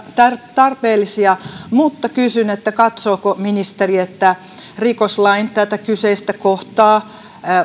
tarpeellisia mutta kysyn katsooko ministeri että tätä kyseistä rikoslain kohtaa